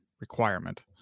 requirement